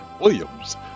Williams